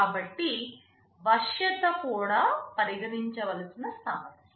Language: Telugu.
కాబట్టి వశ్యత కూడా పరిగణించవలసిన సమస్య